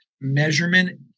measurement